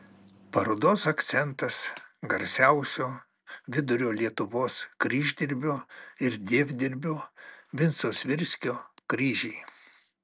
parodos akcentas garsiausio vidurio lietuvos kryždirbio ir dievdirbio vinco svirskio kryžiai